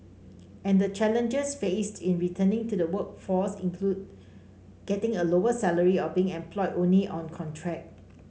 and the challenges faced in returning to the workforce include getting a lower salary or being employed only on contract